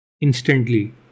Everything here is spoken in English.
instantly